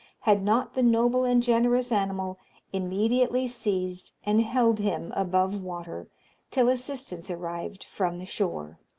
had not the noble and generous animal immediately seized and held him above water till assistance arrived from the shore.